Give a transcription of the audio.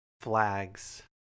flags